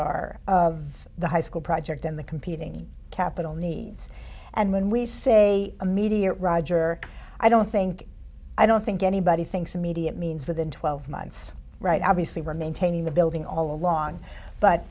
are of the high school project and the competing capital needs and when we say immediate roger i don't think i don't think anybody thinks immediate means within twelve months right obviously we're maintaining the building all along but